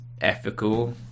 Ethical